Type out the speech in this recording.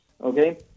Okay